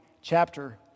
chapter